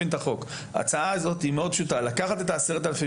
לפחות אני אולי לא הסברתי את זה טוב.